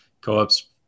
co-ops